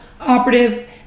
operative